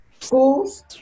schools